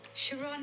Sharon